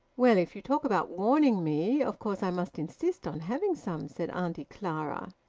well, if you talk about warning me, of course i must insist on having some, said auntie clara.